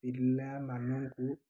ପିଲାମାନଙ୍କୁ